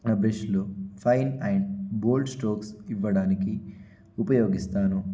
నా బ్రష్లో fine and bold strokes ఇవ్వడానికి ఉపయోగిస్తాను